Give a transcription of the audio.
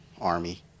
army